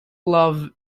love